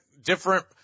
different